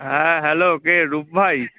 হ্যাঁ হ্যালো কে রূপভাই